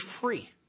free